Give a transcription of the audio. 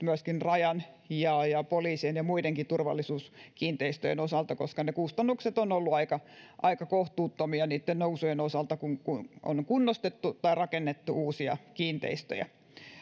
myöskin rajan ja ja poliisin ja muidenkin turvallisuuskiinteistöjen osalta koska ne kustannukset ovat olleet aika aika kohtuuttomia niitten nousujen osalta kun kun on kunnostettu tai rakennettu uusia kiinteistöjä